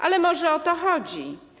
Ale może o to chodzi.